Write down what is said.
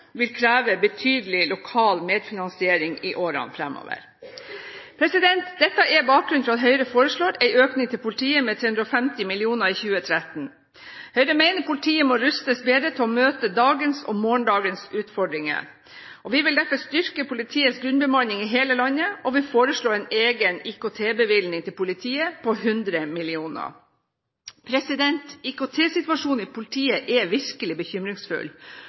vil kreve betydelig lokal medfinansiering i årene fremover. Dette er bakgrunnen for at Høyre foreslår en økning til politiet med 350 mill. kr i 2013. Høyre mener politiet må rustes bedre til å møte dagens og morgendagens utfordringer. Vi vil derfor styrke politiets grunnbemanning i hele landet. Vi vil foreslå en egen IKT-bevilgning til politiet på 100 mill. kr. IKT-situasjonen i politiet er virkelig bekymringsfull